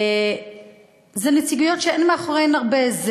אלה נציגויות שאין מאחוריהן הרבה.